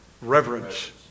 reverence